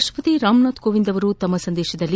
ರಾಷ್ಷಪತಿ ರಾಮನಾಥ್ ಕೋವಿಂದ್ ಅವರು ತಮ್ನ ಸಂದೇಶದಲ್ಲಿ